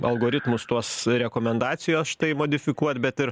algoritmus tuos rekomendacijas štai modifikuot bet ir